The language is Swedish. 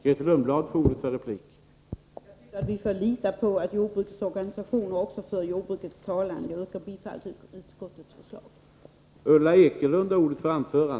Herr talman! Jag tycker att vi skall lita på att jordbrukets organisationer också för jordbrukets talan. Jag yrkar bifall till utskottets hemställan.